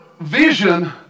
vision